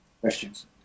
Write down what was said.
Questions